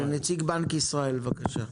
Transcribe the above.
נציג בנק ישראל, בבקשה.